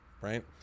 right